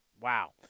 wow